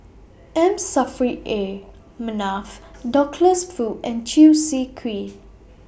M Saffri A Manaf Douglas Foo and Chew Swee Kee